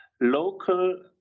local